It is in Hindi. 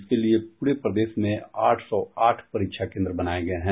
इसके लिए पूरे प्रदेश में आठ सौ आठ परीक्षा केन्द्र बनाये गये हैं